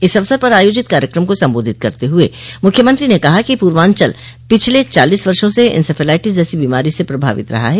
इस अवसर पर आयोजित कार्यक्रम को सम्बोधित करते हुए मुख्यमंत्री ने कहा कि पूर्वाचल पिछले चालीस वर्षो से इन्सेफ्लाइटिस जैसी बीमारी से प्रभावित रहा है